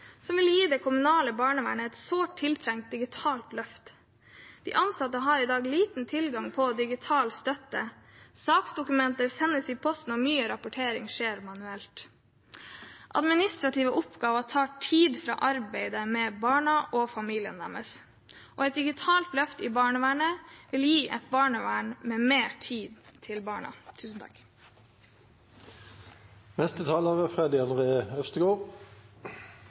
som vil gi det kommunale barnevernet et sårt tiltrengt digitalt løft. De ansatte har i dag liten tilgang på digital støtte. Saksdokumenter sendes i posten, og mye rapportering skjer manuelt. Administrative oppgaver tar tid fra arbeidet med barna og familiene deres. Et digitalt løft i barnevernet vil gi et barnevern med mer tid til barna. Feminisme handler om frigjøring og om at alle kjønn skal ha like gode muligheter – det er